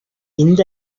இந்த